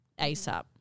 ASAP